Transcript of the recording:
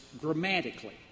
grammatically